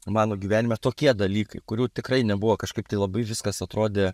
mano gyvenime tokie dalykai kurių tikrai nebuvo kažkaip tai labai viskas atrodė